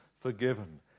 forgiven